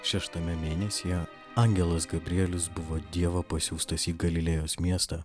šeštame mėnesyje angelas gabrielius buvo dievo pasiųstas į galilėjos miestą